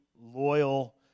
loyal